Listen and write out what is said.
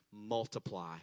multiply